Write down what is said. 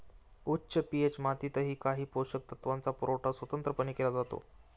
उच्च पी.एच मातीतही काही पोषक तत्वांचा पुरवठा स्वतंत्रपणे केला जातो